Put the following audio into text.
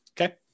Okay